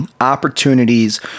Opportunities